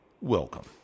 welcome